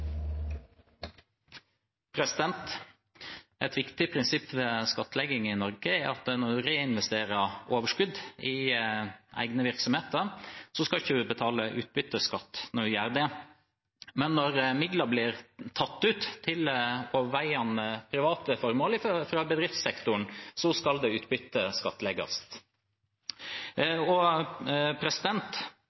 utfordringer. Et viktig prinsipp ved skattlegging i Norge er at når en reinvesterer overskudd i egne virksomheter, skal en ikke betale utbytteskatt. Men når midlene blir tatt ut til overveiende private formål fra bedriftssektoren, skal